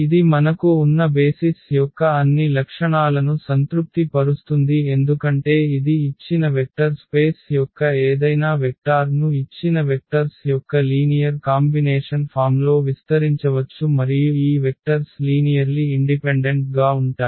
ఇది మనకు ఉన్న బేసిస్ యొక్క అన్ని లక్షణాలను సంతృప్తి పరుస్తుంది ఎందుకంటే ఇది ఇచ్చిన వెక్టర్ స్పేస్ యొక్క ఏదైనా వెక్టార్ను ఇచ్చిన వెక్టర్స్ యొక్క లీనియర్ కాంబినేషన్ ఫామ్లో విస్తరించవచ్చు మరియు ఈ వెక్టర్స్ లీనియర్లి ఇండిపెండెంట్ గా ఉంటాయి